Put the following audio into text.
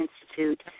Institute